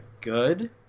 good